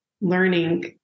learning